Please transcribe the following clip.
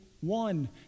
one